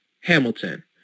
Hamilton